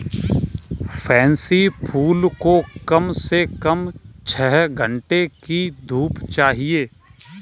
pansy फूल को कम से कम छह घण्टे की धूप चाहिए